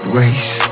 race